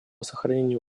сохранению